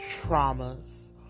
traumas